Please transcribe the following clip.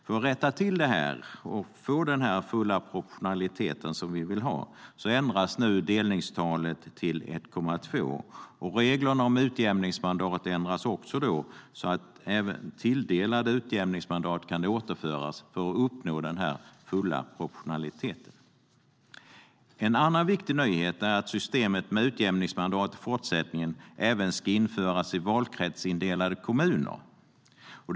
För att rätta till detta och för att få den fulla proportionalitet som vi vill ha ändras nu delningstalet till 1,2. Reglerna för utjämningsmandat ändras också så att även tilldelade utjämningsmandat kan återföras för att uppnå den fulla proportionaliteten. En annan viktig nyhet är att systemet med utjämningsmandat även ska införas i valkretsindelade kommuner i fortsättningen.